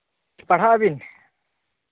ᱯᱟᱲᱦᱟᱜ ᱟᱹᱵᱤᱱ